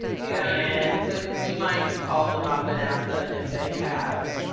yeah, and so you might call them up and ask them if they have a